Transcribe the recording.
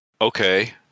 Okay